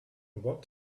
what